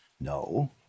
No